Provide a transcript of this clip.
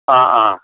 অঁ অঁ